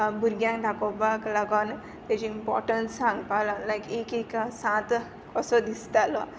बुरग्यांक दाखोपाक लागोन तेजी इमपोटंस सांगपा लागो लायक एक एक सांत कसो दिसतालो